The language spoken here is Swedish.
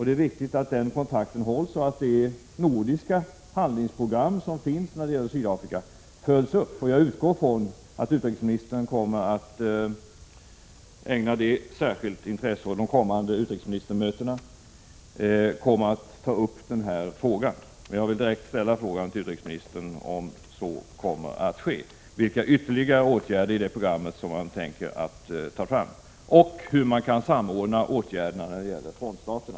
Det är viktigt att den kontakten hålls och att det nordiska utvecklingsprogram som finns när det gäller Sydafrika följs upp. Jag utgår ifrån att utrikesministern kommer att ägna det särskilt intresse och att de kommande utrikesministermötena kommer att ta upp den frågan. Men jag vill direkt ställa frågan till utrikesministern om så kommer att ske, vilka ytterligare åtgärder i programmet som man tänker ta fram och hur man skall samordna åtgärderna när det gäller frontstaterna.